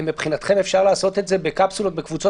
אפשר מבחינתכם לעשות את זה בקפסולות בקבוצות